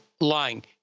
lying